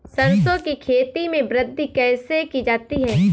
सरसो की खेती में वृद्धि कैसे की जाती है?